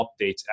updates